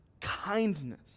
kindness